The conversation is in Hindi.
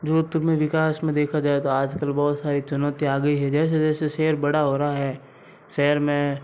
जो तुम्हें विकास में देखा जाए तो आजकल बहुत सारी चुनौतियाँ आ गई हैं जैसे जैसे शहर बड़ा हो रहा है शहर में